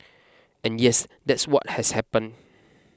and yes that's what has happen